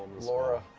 laura.